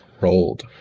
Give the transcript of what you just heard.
rolled